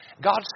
God